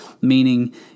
meaning